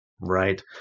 Right